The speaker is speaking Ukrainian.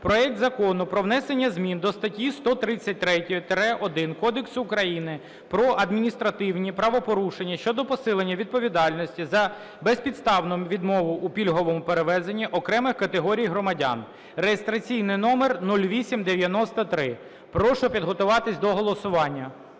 проект Закону про внесення до статті 133-1 Кодексу України про адміністративні правопорушення щодо посилення відповідальності за безпідставну відмову у пільговому перевезенні окремих категорій громадян (реєстраційний номер 0893). Прошу підготуватись до голосування.